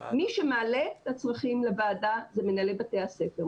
מי שמעלה את הצרכים לוועדה זה מנהלי בתי הספר.